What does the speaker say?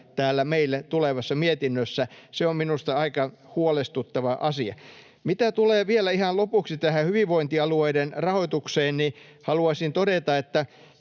täällä meille tulevassa mietinnössä. Se on minusta aika huolestuttava asia. Mitä tulee vielä ihan lopuksi tähän hyvinvointialueiden rahoitukseen, niin haluaisin todeta, että